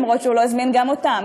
למרות שהוא לא הזמין גם אותם.